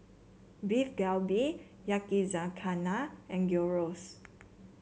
Beef Galbi Yakizakana and Gyros